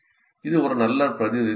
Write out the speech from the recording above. இது ஒரு நல்ல பிரதிநிதித்துவம்